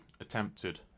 attempted